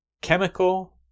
chemical